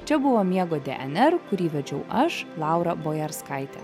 čia buvo miego dnr kurį vedžiau aš laura bojarskaitė